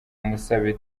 musabe